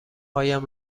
هایم